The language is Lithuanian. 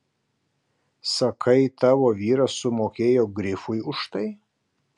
sakai tavo vyras sumokėjo grifui už tai